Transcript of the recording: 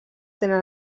tenen